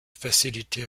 facility